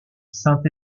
saint